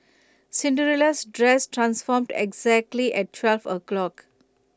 Cinderella's dress transformed exactly at twelve o' clock